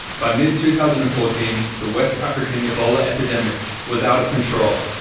by mid two thousand and fourteen, the west african ebola epidemic was out of control,